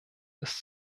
ist